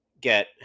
get